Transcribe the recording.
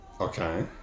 Okay